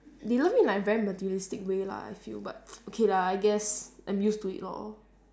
they love me like very materialistic way lah I feel but okay lah I guess I'm used to it lor